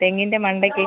തെങ്ങിന്റെ മണ്ടയ്ക്ക്